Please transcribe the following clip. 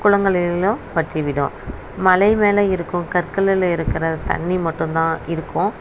குளங்களிலும் வற்றி விடும் மலை மேலே இருக்கும் கற்களில இருக்கிற தண்ணி மட்டும் தான் இருக்கும்